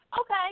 Okay